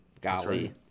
golly